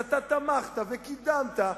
שאתה תמכת וקידמת,